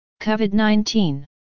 COVID-19